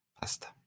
Pasta